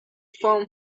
farm